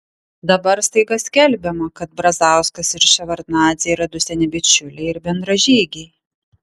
dabar staiga skelbiama kad brazauskas ir ševardnadzė yra du seni bičiuliai ir bendražygiai